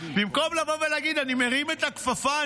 במקום לבוא ולהגיד: אני מרים את הכפפה,